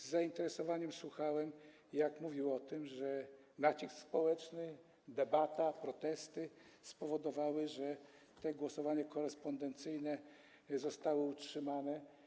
Z zainteresowaniem słuchałem, jak mówił o tym, że nacisk społeczny, debata, protesty spowodowały, że to głosowanie korespondencyjne zostało utrzymane.